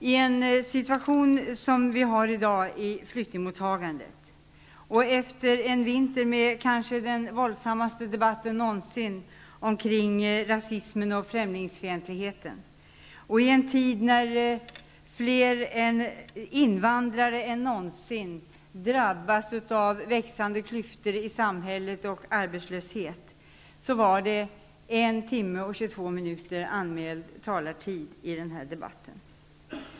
I en situation som den vi har i dag i flyktingmottagandet och efter en vinter med kanske den våldsammaste debatten någonsin kring rasism och främlingsfientlighet och i en tid då fler invandrare än någonsin drabbas av växande klyftor i samhället och arbetslöshet var det inte mer än en timme och tjugotvå minuter anmäld talartid i debatten.